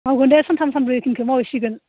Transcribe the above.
मावगोन दे सानथाम सानब्रैसिमखौ मावहैसिगोन